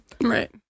right